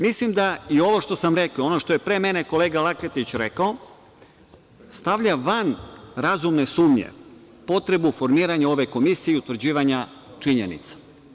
Mislim da i ovo što sam rekao i ovo što je pre mene kolega Laketić rekao, stavlja van razumne sumnje potrebu formiranja ove komisije i utvrđivanja činjenica.